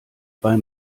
bei